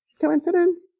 coincidence